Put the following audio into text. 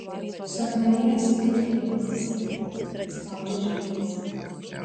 suakmenėjusi pirštų konvulsija spaudžia žirkles